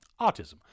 autism